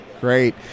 Great